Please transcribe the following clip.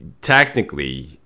technically